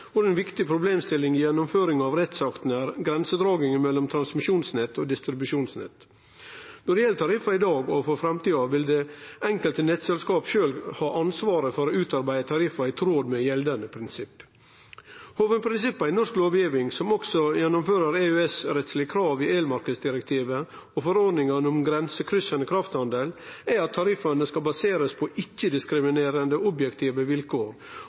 viktig problemstilling i gjennomføringa av rettsaktene er grensedraginga mellom transmisjonsnett og distribusjonsnett. Når det gjeld tariffar i dag og for framtida, vil det enkelte nettselskapet sjølv ha ansvaret for å utarbeide tariffar i tråd med gjeldande prinsipp. Hovudprinsippa i norsk lovgiving, som også gjennomfører EØS-rettslege krav i el-marknadsdirektivet og forordninga om grensekryssande krafthandel, er at tariffane skal baserast på ikkje-diskriminerande og objektive vilkår